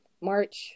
march